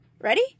Ready